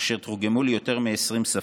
אשר תורגמו ליותר מ-20 שפות.